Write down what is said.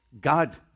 God